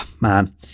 Man